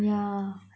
yeah